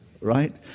Right